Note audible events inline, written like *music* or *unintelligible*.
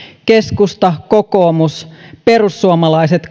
keskusta kokoomus perussuomalaiset *unintelligible*